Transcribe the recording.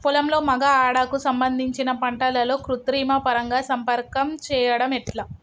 పొలంలో మగ ఆడ కు సంబంధించిన పంటలలో కృత్రిమ పరంగా సంపర్కం చెయ్యడం ఎట్ల?